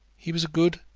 he was a good,